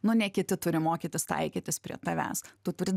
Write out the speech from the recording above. nu ne kiti turi mokytis taikytis prie tavęs tu turi